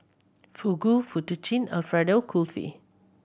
Fugu Fettuccine Alfredo Kulfi